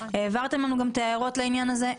העברתם לנו גם את ההערות לעניין הזה.